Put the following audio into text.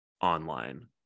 online